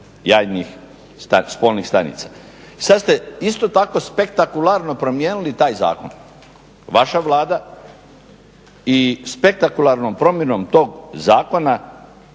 jajnih, spolnih stanica. I sada ste isto tako spektakularno promijenili taj zakon, vaša Vlada i spektakularnom promjenom tog zakona